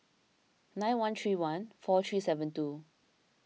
nine one three one four three seven two